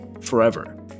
forever